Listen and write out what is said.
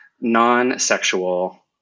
non-sexual